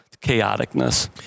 chaoticness